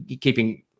keeping